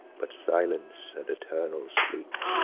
but silence and eternal sleep.